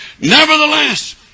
Nevertheless